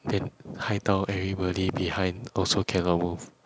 then 害到 everybody behind also cannot move